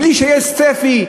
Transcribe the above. בלי שיש צפי,